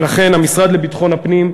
ולכן המשרד לביטחון הפנים,